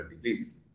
please